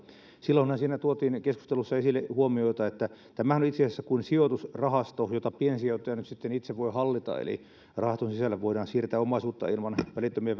silloinhan siinä keskustelussa tuotiin esille huomioita että tämähän on itse asiassa kuin sijoitusrahasto jota piensijoittaja nyt sitten itse voi hallita eli rahaston sisällä voidaan siirtää omaisuutta ilman välittömiä